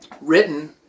Written